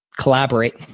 Collaborate